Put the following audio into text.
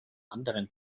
anderen